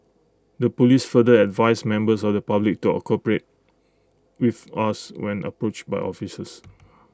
the Police further advised members of the public to A cooperate with us when approached by officers